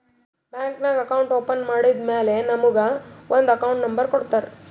bank ನಾಗ್ account open ಮಾಡದ್ದ್ ಮ್ಯಾಲ ನಮುಗ ಒಂದ್ ಅಕೌಂಟ್ ನಂಬರ್ ಕೊಡ್ತಾರ್